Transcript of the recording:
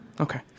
Okay